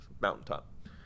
Mountaintop